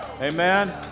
Amen